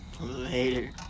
Later